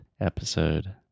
episode